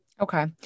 Okay